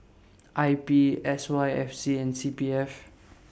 I P S Y F C and C P F